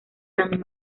san